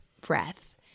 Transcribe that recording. breath